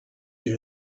you